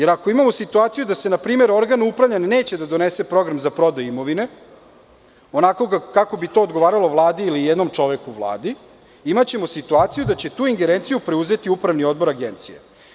Ako imamo situaciju da, na primer, organ upravljanja neće da donese program za prodaju imovine onako kako bi to odgovaralo Vladi ili jednom čoveku u Vladi, imaćemo situaciju da će tu ingerenciju preuzeti Upravni odbor Agencije.